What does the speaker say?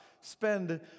spend